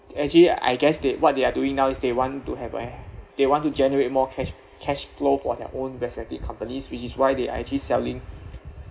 actually I guess they what they are doing now is they want to have where they want to generate more cash cash flow for their own benefit companies which is why they are actually selling